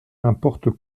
n’importe